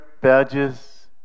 badges